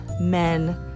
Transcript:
men